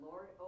Lord